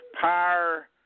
power